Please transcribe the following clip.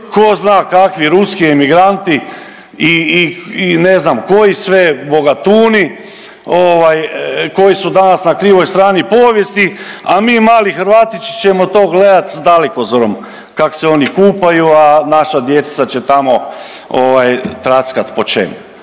tko zna kakvi ruski imigrant i ne znam koji sve bogatuni koji su danas na krivoj strani povijesti, a mi mali Hrvatičići ćemo to gledati sa dalekozorom kak' se oni kupaju a naša djeca će tamo trackati po čem?